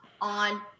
on